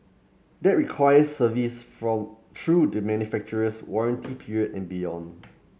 that requires service from through the manufacturer's warranty period and beyond